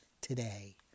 today